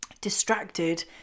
distracted